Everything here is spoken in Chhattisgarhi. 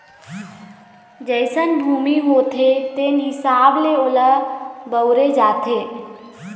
जइसन भूमि होथे तेन हिसाब ले ओला बउरे जाथे